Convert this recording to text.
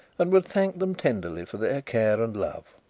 and would thank them tenderly for their care and love.